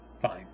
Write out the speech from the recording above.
Fine